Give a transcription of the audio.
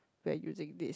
we're using this